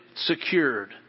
Secured